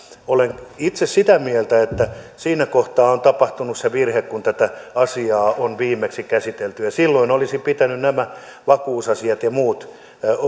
olen itse sitä mieltä että siinä kohtaa on tapahtunut se virhe kun tätä asiaa on viimeksi käsitelty ja silloin olisi pitänyt nämä vakuusasiat ja muut